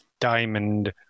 Diamond